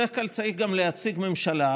בדרך כלל צריך גם להציג ממשלה,